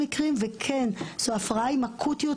אנחנו פתחנו השנה עוד שתי מרפאות להפרעות אכילה,